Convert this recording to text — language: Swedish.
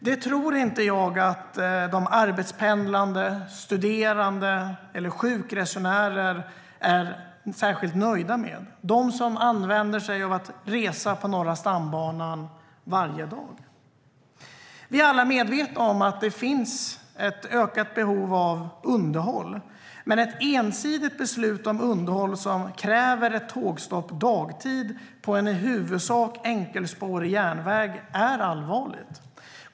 Det tror jag inte att arbetspendlare, studerande eller sjukresenärer är särskilt nöjda med, alltså de som reser på Norra stambanan varje dag. Vi är alla medvetna om att det finns ett ökat behov av underhåll. Men ett ensidigt beslut om underhåll som kräver ett tågstopp dagtid på en i huvudsak enkelspårig järnväg är allvarligt.